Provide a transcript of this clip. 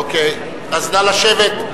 אוקיי, נא לשבת.